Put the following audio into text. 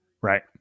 right